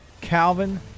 calvin